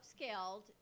upscaled